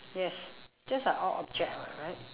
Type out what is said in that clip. yes that's like all object [what] right